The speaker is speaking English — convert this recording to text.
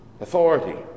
Authority